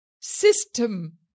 system